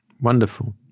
Wonderful